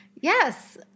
Yes